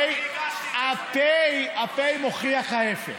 הפ' מוכיח ההפך.